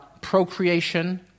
procreation